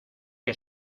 que